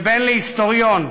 כבן להיסטוריון,